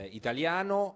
italiano